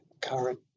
current